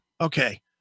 Okay